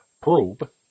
probe